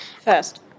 First